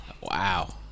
Wow